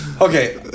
Okay